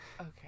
okay